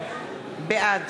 בעד